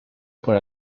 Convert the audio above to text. por